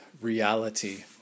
reality